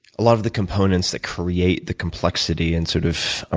a lot of the components that create the complexity. and, sort of ah